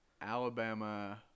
alabama